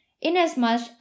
inasmuch